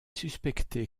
suspecté